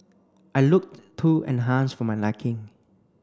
I looked too enhanced for my liking